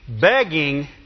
begging